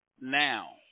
now